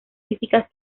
físicas